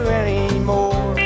anymore